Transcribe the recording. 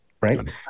Right